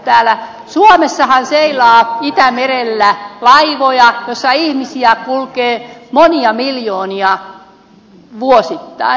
täällä suomessahan seilaa itämerellä laivoja joissa kulkee monia miljoonia ihmisiä vuosittain